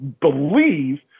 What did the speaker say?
believe